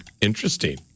interesting